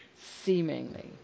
Seemingly